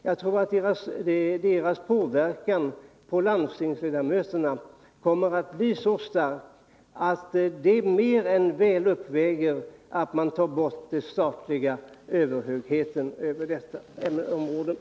Jag tror att dess påverkan på landstingsledamöterna kommer att bli så stark att den mer än väl uppväger borttagandet av den statliga överhögheten över detta område.